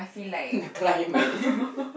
climate